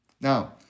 Now